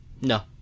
no